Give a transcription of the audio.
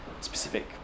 specific